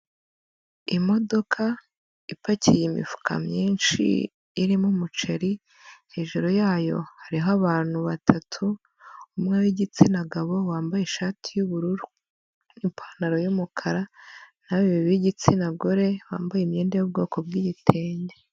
Imodoka ipakiye imifuka myinshi irimo umuceri hejuru yayo hariho abantu batatu umwe w'igitsina gabo wambaye ishati y'ubururu n'ipantaro y'umukara na babiri b'igitsina gore bambaye imyenda y'ubwoko bw'igitenge.